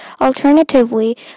Alternatively